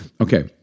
Okay